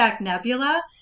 Nebula